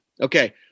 Okay